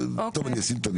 אני אשים את המיקרופון.